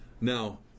now